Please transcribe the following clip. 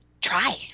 try